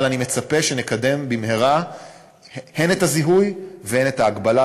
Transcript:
אבל אני מצפה שנקדם במהרה הן את הזיהוי והן את ההגבלה,